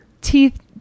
teeth